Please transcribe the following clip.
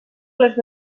les